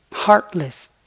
heartless